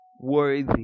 worthy